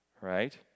right